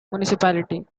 municipality